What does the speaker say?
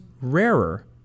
rarer